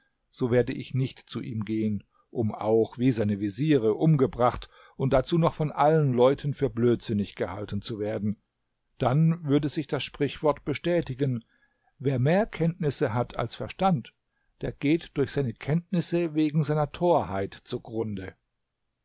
so werde ich nicht zu ihm gehen um auch wie seine veziere umgebracht und dazu noch von allen leuten für blödsinnig gehalten zu werden dann würde sich das sprichwort bestätigen wer mehr kenntnisse hat als verstand der geht durch seine kenntnisse wegen seiner torheit zugrunde